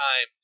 time